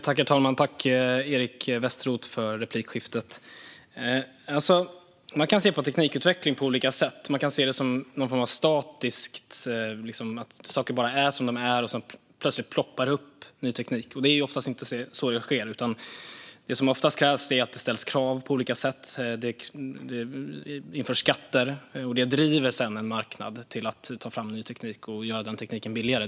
Herr talman! Tack, Eric Westroth, för replikskiftet! Man kan se på teknikutveckling på olika sätt. Man kan se det som något statiskt, som att saker bara är som de är och att det sedan plötsligt ploppar upp ny teknik. Det är oftast inte så det går till, utan det krävs oftast att det ställs krav på olika sätt. Det införs skatter. Det driver sedan en marknad till att ta fram en ny teknik och att göra den tekniken billigare.